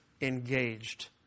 engaged